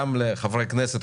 גם לחברי הכנסת,